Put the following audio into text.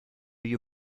you